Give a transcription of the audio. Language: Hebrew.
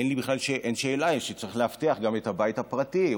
אין שאלה שצריך לאבטח גם את הבית הפרטי.